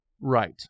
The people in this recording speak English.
Right